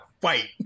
fight